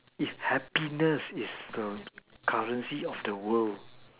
if happiness is the currency of the world